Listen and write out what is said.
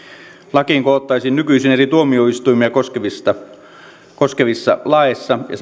lakiin koottaisiin nykyisin eri tuomioistuimia koskevissa koskevissa laeissa ja